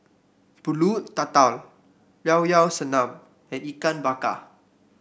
pulut tatal Llao Llao Sanum and Ikan Bakar